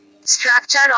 Structure